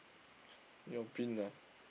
your bin ah